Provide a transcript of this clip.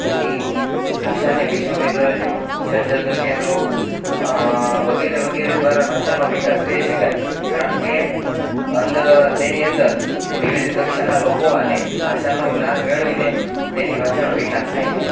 પછી ભાષાને વિશ્વ વિદ્યાલયો શંસોધન કેન્દ્રો વગેેરે વગેરે દ્વારા ભાષાનો વિકાસ કરી શકાય કારણ કે તેની અંદર વિવિધ કક્ષાનાં લોકો અને ભાષાનો જ્ઞાન મેળવીને તેની ભાષાનો વિકાસ થાય છે